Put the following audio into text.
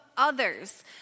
others